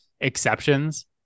exceptions